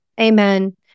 Amen